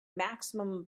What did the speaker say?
maximum